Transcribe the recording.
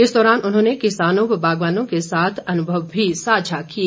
इस दौरान उन्होंने किसानों व बागवानों के साथ अनुभव भी सांझा किए